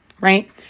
Right